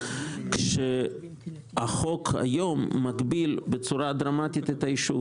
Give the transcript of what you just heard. כאשר החוק היום מגביל בצורה דרמטית את היישוב.